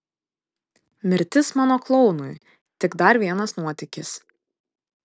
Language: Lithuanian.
mirtis mano klounui tik dar vienas nuotykis